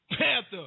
Panther